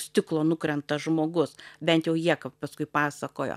stiklo nukrenta žmogus bent jau jie paskui pasakojo